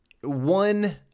One